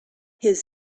his